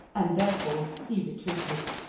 and therefore he retreated.